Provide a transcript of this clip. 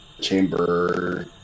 Chamber